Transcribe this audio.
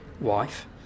wife